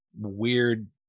weird